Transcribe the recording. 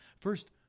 First